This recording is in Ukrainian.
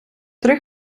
три